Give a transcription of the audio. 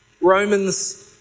Romans